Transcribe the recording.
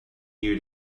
near